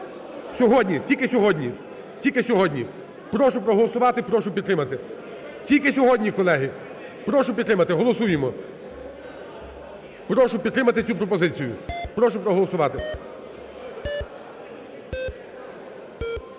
Сьогодні, тільки сьогодні, тільки сьогодні. Прошу проголосувати. Прошу підтримати. Тільки сьогодні, колеги. Прошу підтримати. Голосуємо. Прошу підтримати цю пропозицію. Прошу проголосувати.